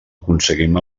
aconseguim